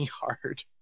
hard